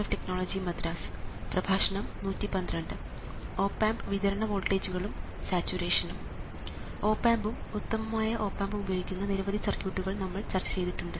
op amp ഉം ഉത്തമമായ op ആമ്പും ഉപയോഗിക്കുന്ന നിരവധി സർക്യൂട്ടുകൾ നമ്മൾ ചർച്ച ചെയ്തിട്ടുണ്ട്